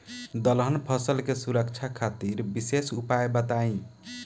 दलहन फसल के सुरक्षा खातिर विशेष उपाय बताई?